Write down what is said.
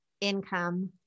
income